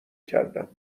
کردم